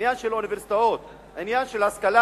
העניין של אוניברסיטאות, העניין של השכלה,